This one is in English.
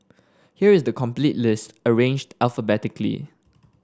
here is the complete list arranged alphabetically